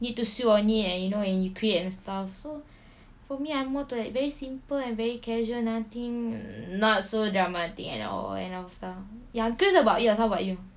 need to sew on it and you know you create and stuff so for me I'm more to like very simple and very casual nothing not so dramatic and all and of stuff ya I'm curious about yours how about you